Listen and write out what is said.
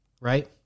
right